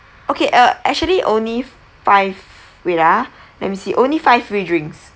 okay uh actually only five wait ah let me see only five free drinks